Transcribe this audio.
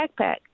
backpack